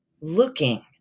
looking